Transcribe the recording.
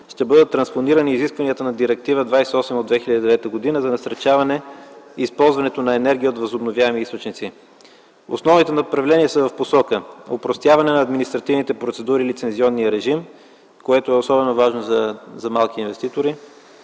ще бъдат транспонирани изискванията на Директива 28 от 2009 г. за насърчаване използването на енергия от възобновяеми източници. Основните направления са в посока: опростяване на административните процедури и лицензионния режим, което е особено важно за малките инвеститори;